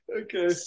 Okay